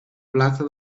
plaça